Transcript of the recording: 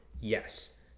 Yes